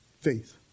faith